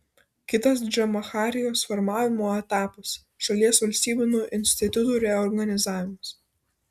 kitas džamahirijos formavimo etapas šalies valstybinių institutų reorganizavimas